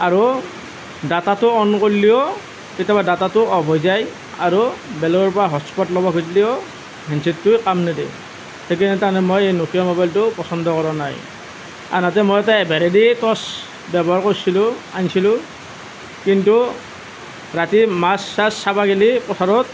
আৰু ডাটাটো অন কৰিলেও কেতিয়াবা ডাটাটো অফ হৈ যায় আৰু বেলেগৰ পৰা হটস্পট ল'ব খুজিলেও হেণ্ডছেটটোৱে কাম নিদিয়ে সেইকাৰণে তাৰমানে মই এই নকিয়া মোবাইলটো পচন্দ কৰা নাই আনহাতে মই এটা এভাৰেডি টৰ্চ ব্যৱহাৰ কৰিছিলোঁ আনিছিলোঁ কিন্তু ৰাতি মাছ চাছ চাব গ'লে পথাৰত